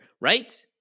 right